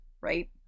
right